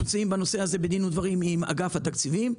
אנחנו מצויים בנושא הזה בדין ודברים עם אגף התקציבים,